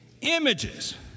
images